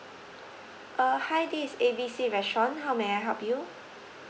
uh hi this is A B C restaurant how may I help you